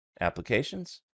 applications